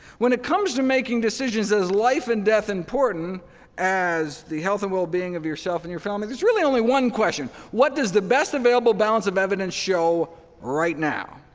when it comes to making decisions as life-and-death-important as the health and well-being of yourself and your family, there's really only one question what does the best available balance of evidence show right now?